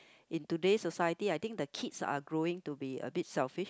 in today's society I think the kids are growing to be a bit selfish